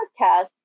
podcast